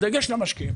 כן.